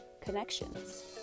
connections